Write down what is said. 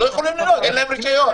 אין להם רישיון.